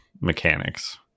mechanics